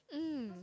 mm